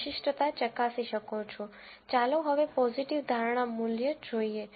ચાલો હવે પોઝીટિવ ધારણા મૂલ્ય જોઈએ